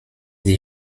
die